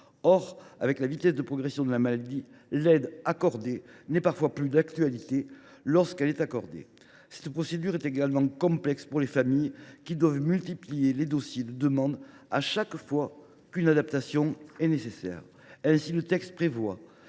de la vitesse de progression de la maladie, il arrive que l’aide ne soit plus adaptée lorsqu’elle est accordée. Cette procédure est également complexe pour les familles, qui doivent multiplier les dossiers de demande à chaque fois qu’une nouvelle adaptation est nécessaire. Ainsi, le texte prévoit